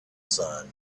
sun